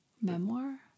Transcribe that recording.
Memoir